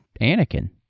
Anakin